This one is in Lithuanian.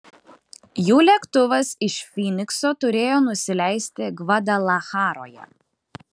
jų lėktuvas iš fynikso turėjo nusileisti gvadalacharoje